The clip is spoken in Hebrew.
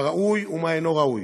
מה ראוי ומה אינו ראוי.